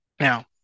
Now